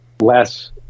less